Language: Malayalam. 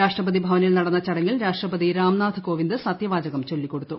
രാഷ്ട്രപതി ഭവനിൽ നടന്ന ചടങ്ങിൽ രാഷ്ട്രപതി രാട്ടനാ്ഥ് കോവിന്ദ് സത്യവാചകം ചൊല്ലിക്കൊ ടുത്തു